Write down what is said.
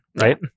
right